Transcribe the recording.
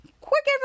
quick